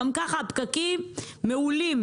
גם ככה הפקקים מעולים.